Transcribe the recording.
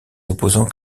opposants